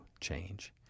change